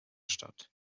statt